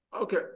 Okay